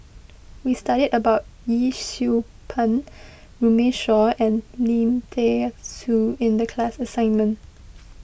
we studied about Yee Siew Pun Runme Shaw and Lim thean Soo in the class assignment